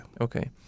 okay